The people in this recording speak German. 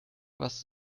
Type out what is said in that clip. was